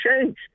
change